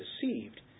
deceived